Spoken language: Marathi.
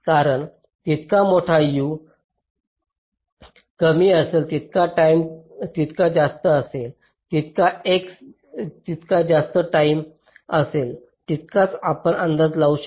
कारण जितका मोठा U कमी असेल तितका टाईम जितका जास्त असेल तितका X जितका जास्त टाईम असेल तितकाच आपण अंदाज लावू शकता